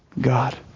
God